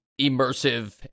immersive